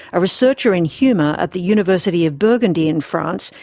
a researcher in humour at the university of burgundy in france,